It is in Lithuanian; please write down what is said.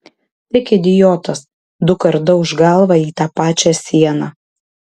tik idiotas dukart dauš galvą į tą pačią sieną